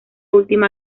última